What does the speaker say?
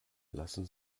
lassen